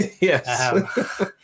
Yes